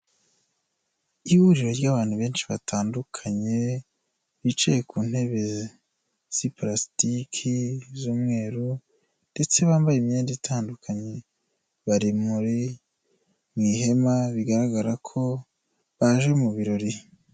Ihuriro ry'abantu benshi batandukanye bicaye ku ntebe zi pulasitiki z'umweru ndetse bambaye imyenda itandukanye bari mu ihema bigaragara ko baje mu birori.